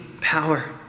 power